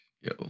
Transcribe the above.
Yo